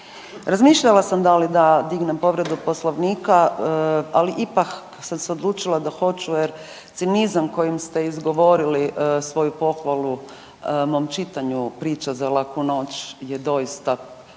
Razmišljala sam da li da dignem povredu Poslovnika, ali ipak sam se odlučila da hoću jer cinizam kojim ste izgovorili svoju pohvalu mom čitanju priče za laku noć je doista